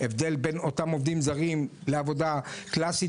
ההבדל בין אותם עובדים זרים לעבודה קלאסית